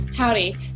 Howdy